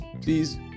please